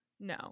No